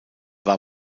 war